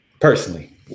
personally